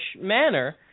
manner